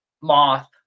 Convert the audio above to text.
moth